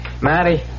Maddie